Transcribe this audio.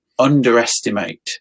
underestimate